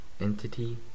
Entity